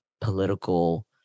political